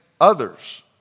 others